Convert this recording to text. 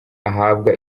ahabwa